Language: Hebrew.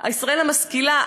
ישראל המשכילה,